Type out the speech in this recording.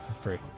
free